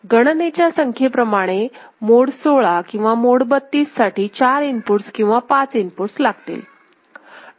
गणनेच्या संख्येप्रमाणे मोड 16 किंवा मोड 32 साठी चार इनपुटस किंवा पाच इनपुटस लागतील